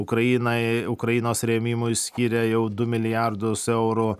ukrainai ukrainos rėmimui skyrė jau du milijardus eurų